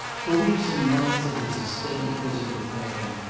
for weeks and months it is a steady physical pain,